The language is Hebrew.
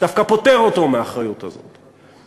דווקא פוטר אותו מהאחריות הזאת.